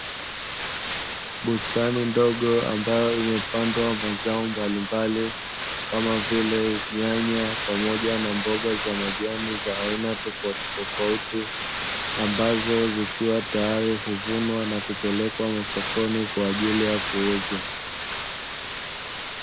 Bustani ndogo ambayo imepandwa mazao mbalimbali, kama vile; nyanya pamoja na mboga za majani za aina tofautitofauti, ambazo zikiwa tayari huvunwa na kupelekwa masokoni kwa ajili ya kuuzwa.